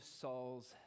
Saul's